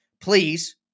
Please